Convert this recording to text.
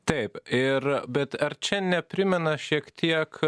taip ir bet ar čia neprimena šiek tiek